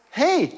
hey